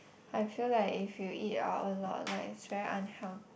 I feel like if you eat out a lot like it's very unhealthy